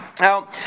Now